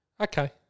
okay